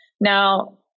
Now